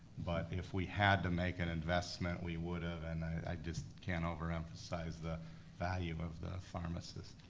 but if we had to make an investment, we would've, and i just can't overemphasize the value of the pharmacists.